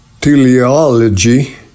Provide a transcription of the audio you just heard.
Teleology